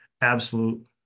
Absolute